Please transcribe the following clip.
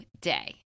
day